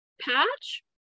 patch